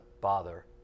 bother